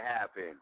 happen